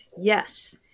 yes